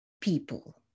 people